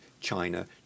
China